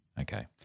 Okay